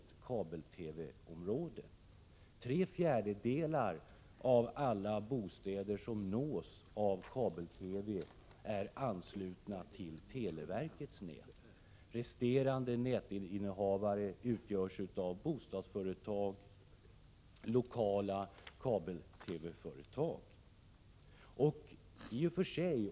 Tre fjärdedelar av alla bostäder som nås av kabel-TV är anslutna till televerkets nät. Resterande nätinnehavare utgörs av bostadsföretag och lokala kabel-TV-företag.